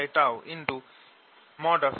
E1 হল